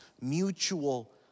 mutual